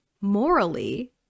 morally